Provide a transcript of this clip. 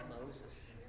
Moses